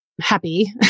happy